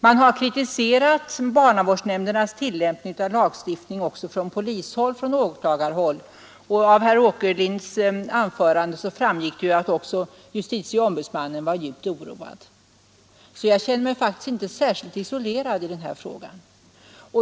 Man har kritiserat barnavårdsnämndernas tillämpning av lagstiftningen också från polishåll och åklagarhåll. Av herr Åkerlinds anförande framgick att även justitieombudsmannen var djupt oroad, så jag känner mig inte särskilt isolerad i denna fråga.